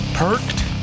perked